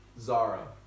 Zara